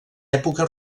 època